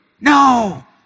No